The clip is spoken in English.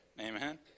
Amen